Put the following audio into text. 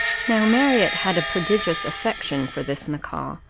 now marriott had a prodigious affection for this macaw,